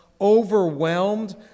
overwhelmed